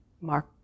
Mark